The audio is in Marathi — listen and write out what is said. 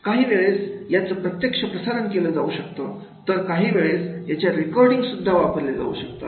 काही वेळेस याचं प्रत्यक्ष प्रसारण केलं जाऊ शकतं तर काही वेळेस याच्या रेकॉर्डिंग सुद्धा वापरल्या जाऊ शकतात